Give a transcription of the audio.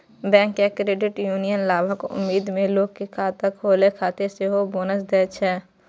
bank या credit union लाभक उम्मीद मे लोग कें खाता खोलै खातिर सेहो बोनस दै छै